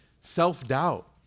self-doubt